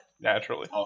Naturally